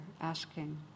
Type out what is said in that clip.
asking